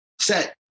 set